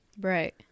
Right